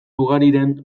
ugariren